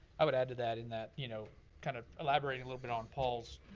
i would add to that, in that, you know kind of elaborating a little bit on paul's